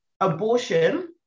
Abortion